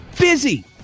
busy